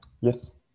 Yes